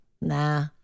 Nah